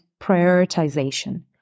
prioritization